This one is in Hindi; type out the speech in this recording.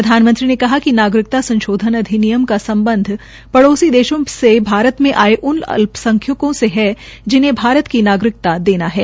प्रधानमंत्री ने कहा कि नागरिकता संशोधन अधिनियम का सम्बध पड़ोसी देशों से भारत मे आये उन अल्संख्यकों से है जिन्हे भारत की नागरिकता देना है